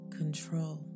control